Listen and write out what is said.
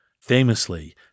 Famously